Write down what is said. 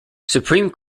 supreme